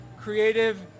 creative